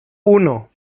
uno